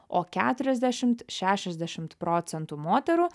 o keturiasdešimt šešiasdešimt procentų moterų